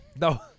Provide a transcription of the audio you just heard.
no